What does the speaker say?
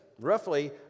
Roughly